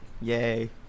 Yay